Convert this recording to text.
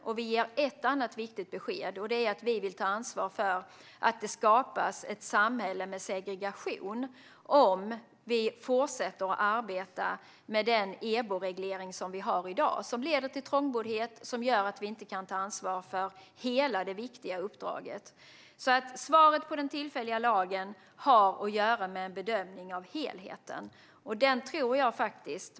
Vi ger också ett annat viktigt besked, nämligen att vi vill ta ansvar för att det skapas ett samhälle med segregation om vi fortsätter att arbeta med dagens EBO-reglering, som leder till trångboddhet och gör att vi inte kan ta ansvar för hela det viktiga uppdraget. Svaret vad gäller den tillfälliga lagen har att göra med en bedömning av helheten.